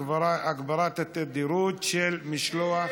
הגברת התדירות של משלוח